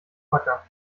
wacker